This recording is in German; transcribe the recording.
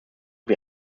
wie